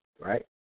right